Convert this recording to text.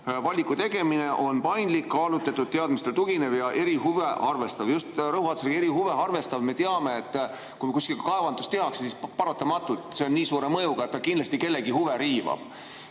valiku tegemine on paindlik, kaalutletud, teadmistele tuginev ja eri huve arvestav." Rõhuasetus on just sõnadel "eri huve arvestav". Me teame, et kui kuskil kaevandus tehakse, siis paratamatult on see nii suure mõjuga, et ta kindlasti kellegi huve riivab.